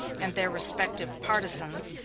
and their respective partisans,